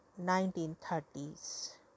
1930s